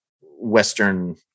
Western